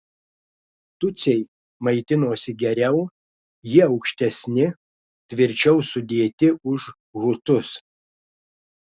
tutsiai maitinosi geriau jie aukštesni tvirčiau sudėti už hutus